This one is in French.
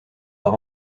par